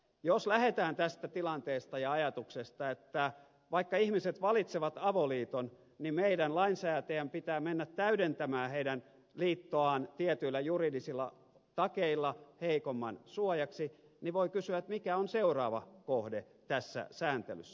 jos lähdetään tästä tilanteesta ja ajatuksesta että vaikka ihmiset valitsevat avoliiton niin meidän lainsäätäjän pitää mennä täydentämään heidän liittoaan tietyillä juridisilla takeilla heikomman suojaksi niin voi kysyä mikä on seuraava kohde tässä sääntelyssä